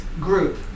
group